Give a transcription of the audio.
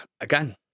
again